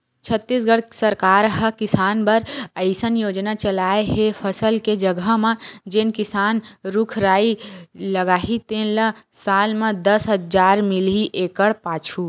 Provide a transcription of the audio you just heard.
छत्तीसगढ़ सरकार ह किसान बर अइसन योजना लाए हे फसल के जघा म जेन किसान रूख राई लगाही तेन ल साल म दस हजार मिलही एकड़ पाछू